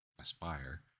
aspire